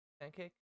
Pancake